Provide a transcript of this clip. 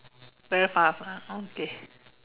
very fast ah okay